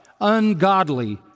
ungodly